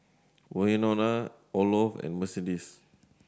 Wynona Olof and Mercedes